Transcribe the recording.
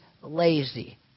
lazy